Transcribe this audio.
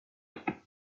monde